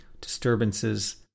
disturbances